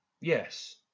Yes